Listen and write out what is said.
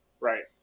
Right